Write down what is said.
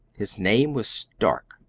his name was stark?